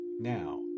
now